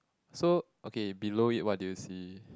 so okay below it what do you see